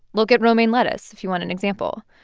look at romaine lettuce if you want an example.